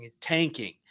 tanking